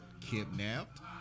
kidnapped